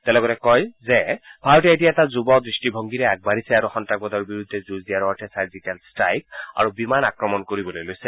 তেওঁ লগতে কয় যে ভাৰতে এতিয়া এটা যুৱ দৃষ্টিভংগীৰে আগবাঢ়িছে আৰু সন্তাসবাদৰ বিৰুদ্ধে যুঁজ দিয়াৰ অৰ্থে ছাৰ্জিকেল ট্ৰাইক আৰু বিমান আক্ৰমণ কৰিবলৈ লৈছে